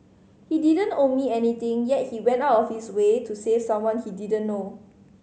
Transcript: he didn't owe me anything yet he went out of his way to save someone he didn't know